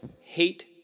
hate